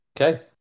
Okay